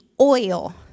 oil